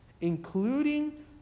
including